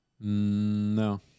No